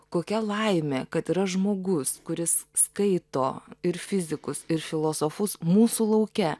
kokia laimė kad yra žmogus kuris skaito ir fizikus ir filosofus mūsų lauke